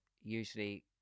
Usually